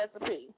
Recipe